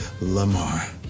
Lamar